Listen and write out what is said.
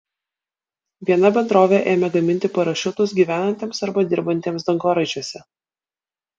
viena bendrovė ėmė gaminti parašiutus gyvenantiems arba dirbantiems dangoraižiuose